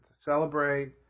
celebrate